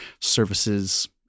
services